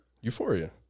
Euphoria